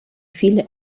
viele